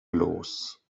los